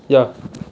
ya